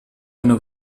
eine